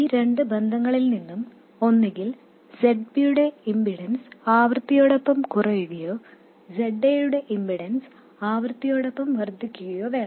ഈ രണ്ട് ബന്ധങ്ങളിൽ നിന്നും ഇത് പൂജ്യത്തിൽ നിന്ന് ഒമേഗ നോട്ടിലേക്ക് പോകുമ്പോൾ അല്ലെങ്കിൽ രണ്ടും നടന്നാൽ ഒന്നുകിൽ Zb യുടെ ഇംപെഡൻസ് ആവൃത്തിയോടൊപ്പം കുറയുകയോ Za യുടെ ഇംപെഡൻസ് ആവൃത്തിയോടൊപ്പം വർദ്ധിക്കുകയോ വേണം